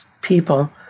people